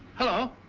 oh